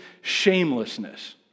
shamelessness